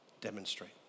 demonstrate